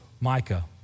Micah